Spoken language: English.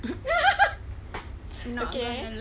okay